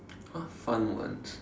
what are fun ones